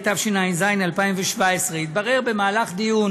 התשע"ז 2017. התברר במהלך דיון